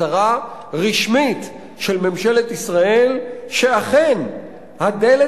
הצהרה רשמית של ממשלת ישראל שאכן הדלת